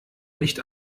nicht